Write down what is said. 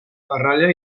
ferralla